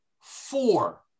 four